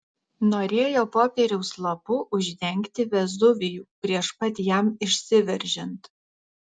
norėjo popieriaus lapu uždengti vezuvijų prieš pat jam išsiveržiant